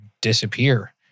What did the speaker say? disappear